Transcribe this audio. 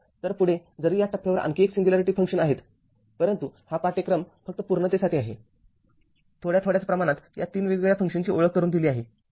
तर पुढे जरी या टप्प्यावर आणखी अनेक सिंग्युलॅरिटी फंक्शन्स आहेतपरंतु हा पाठ्यक्रम फक्त पूर्णतेसाठी आहेथोड्या थोड्याच प्रमाणात या ३ वेगवेगळ्या फंक्शन्सची ओळख करून दिली आहे बरोबर